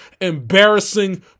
embarrassing